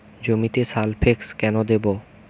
জমিতে সালফেক্স কেন দেবো?